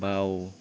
বাওঁ